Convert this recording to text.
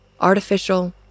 artificial